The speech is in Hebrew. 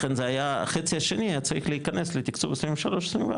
לכן זה היה החצי השני היה צריך להיכנס לתקצוב 23-24,